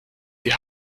die